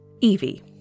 Evie